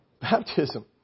Baptism